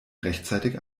rechtzeitig